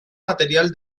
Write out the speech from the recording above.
material